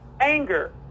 anger